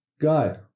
god